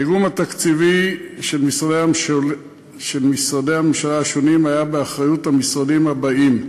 האיגום התקציבי של משרדי הממשלה השונים היה באחריות המשרדים הבאים: